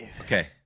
okay